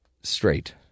straight